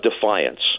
defiance